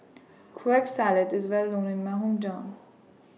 Kueh Salat IS Well known in My Hometown